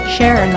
Share